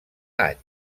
any